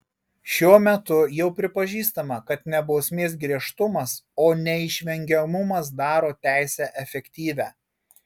šiuo metu jau pripažįstama kad ne bausmės griežtumas o neišvengiamumas daro teisę efektyvią